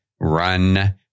run